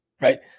right